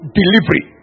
delivery